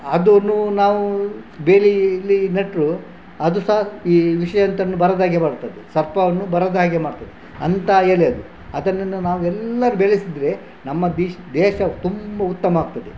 ಅದನ್ನು ನಾವು ಬೇಲಿಯಲ್ಲಿ ನೆಟ್ಟರೂ ಅದು ಸಹ ಈ ವಿಷಜಂತವನ್ನು ಬರದಾಗೆ ಮಾಡ್ತದೆ ಸರ್ಪವನ್ನು ಬರದ ಹಾಗೆ ಮಾಡ್ತದೆ ಅಂತಹ ಎಲೆ ಅದು ಅದನ್ನು ನಾವು ಎಲ್ಲರೂ ಬೆಳೆಸಿದರೆ ನಮ್ಮ ದಿಶ್ ದೇಶವು ತುಂಬ ಉತ್ತಮವಾಗ್ತದೆ